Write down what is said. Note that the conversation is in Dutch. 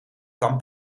kan